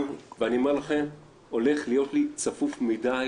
ואני אומר לכם: הולך להיות לי צפוף מדי